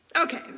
Okay